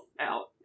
out